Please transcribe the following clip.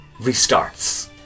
restarts